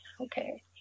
Okay